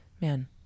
man